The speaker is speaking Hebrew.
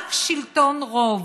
ורק שלטון רוב.